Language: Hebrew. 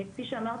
כפי שאמרתי,